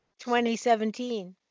2017